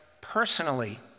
personally